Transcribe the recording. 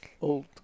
old